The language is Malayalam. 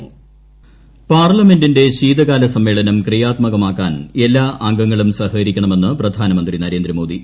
ശൈതൃകാല സമ്മേളനം പാർലമെന്റിന്റെ ശീതകാല സമ്മേളനം ക്രിയാത്മകമാക്കാൻ എല്ലാ അംഗങ്ങളും സഹകരിക്കണമെന്ന് പ്രധാനമന്ത്രി നരേന്ദ്രമോദി